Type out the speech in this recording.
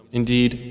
indeed